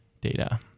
data